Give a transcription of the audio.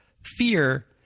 fear